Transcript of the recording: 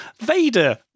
Vader